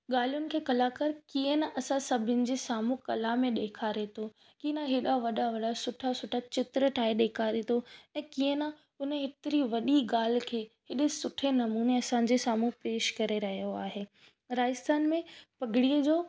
ॻाल्हियुनि खे कलाकर कीअं न असां सभिनि जे साम्हूं कला में ॾेखारे थो कि न हेड़ा वॾा वॾा सुठा चित्र ठाहे ॾेखारे थो ऐं कीअं न उन हेतिरी वॾी ॻाल्हि खे अहिड़े सुठे नमूने असांजे साम्हूं पेश करे रहियो आहे राजस्थान में पगड़ीअ जो